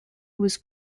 was